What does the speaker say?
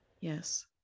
Yes